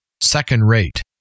second-rate